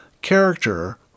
character